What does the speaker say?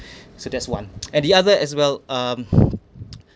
so that's one and the other as well um